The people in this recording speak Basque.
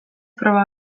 proba